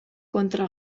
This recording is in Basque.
kontra